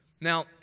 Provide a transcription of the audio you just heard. Now